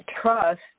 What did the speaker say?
trust